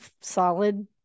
solid